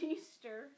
Easter